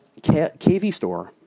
KVStore